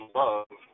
love